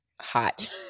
Hot